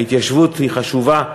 ההתיישבות היא חשובה,